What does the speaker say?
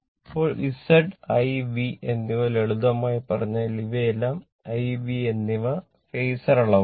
ഇപ്പോൾ Z I V എന്നിവ ലളിതമായി പറഞ്ഞാൽ ഇവയെല്ലാം I V എന്നിവ ഫാസർ അളവാണ്